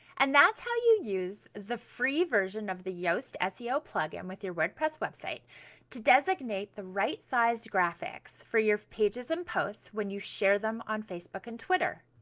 and that's how you use the free version of the yoast seo plug-in with your wordpress website to designate the right sized graphics for your pages and posts when you share them on facebook and twitter.